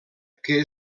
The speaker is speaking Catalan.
que